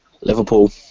Liverpool